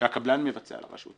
שהקבלן מבצע לרשות.